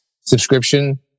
subscription